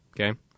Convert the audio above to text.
okay